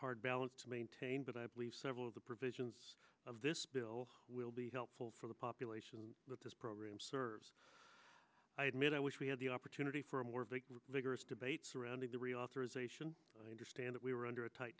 hard balance to maintain but i believe several of the provisions of this bill will be helpful for the population that this program serves i admit i wish we had the opportunity for a more vigorous debate surrounding the reauthorization understand that we were under a tight